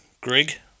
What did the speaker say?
Grig